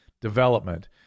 development